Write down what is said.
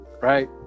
right